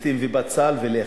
זיתים ובצל ולחם.